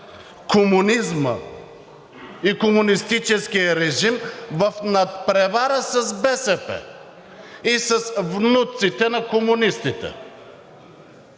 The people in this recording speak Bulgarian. комунизма и комунистическия режим в надпревара с БСП и с внуците на комунистите.